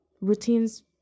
routines